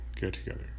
get-together